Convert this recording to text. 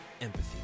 empathy